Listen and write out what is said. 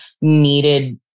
needed